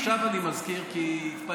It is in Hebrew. עכשיו אני מזכיר, כי התפלאת.